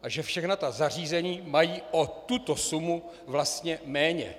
A že všechna ta zařízení mají o tuto sumu vlastně méně.